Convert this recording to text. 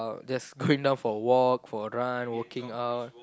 there's going down for a walk for a run working out